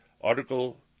Article